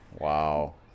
Wow